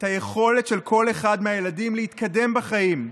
ביכולת של כל אחד מהילדים להתקדם בחיים.